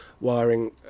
wiring